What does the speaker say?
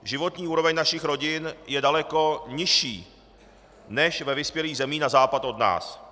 Životní úroveň našich rodin je daleko nižší než ve vyspělých zemích na západ od nás.